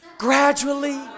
Gradually